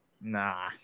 Nah